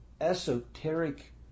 esoteric